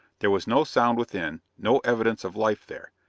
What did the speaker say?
there was no sound within, no evidence of life there,